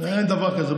אין דבר כזה.